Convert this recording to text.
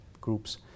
groups